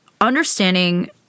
understanding